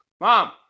mom